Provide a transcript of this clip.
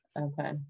Okay